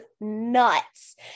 nuts